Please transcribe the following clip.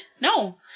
No